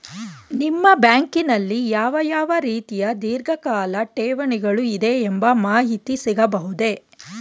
ನಿಮ್ಮ ಬ್ಯಾಂಕಿನಲ್ಲಿ ಯಾವ ಯಾವ ರೀತಿಯ ಧೀರ್ಘಕಾಲ ಠೇವಣಿಗಳು ಇದೆ ಎಂಬ ಮಾಹಿತಿ ಸಿಗಬಹುದೇ?